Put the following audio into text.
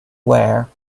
were